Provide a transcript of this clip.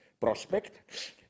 prospect